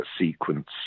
sequence